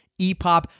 epop